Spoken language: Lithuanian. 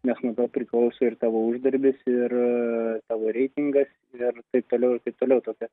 nes nuo to priklauso ir tavo uždarbis ir tavo reitingas ir taip toliau ir taip toliau tokia